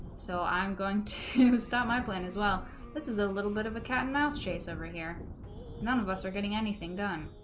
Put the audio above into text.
so i'm going to stop my plane as well this is a little bit of a cat-and-mouse chase over here none of us are getting anything done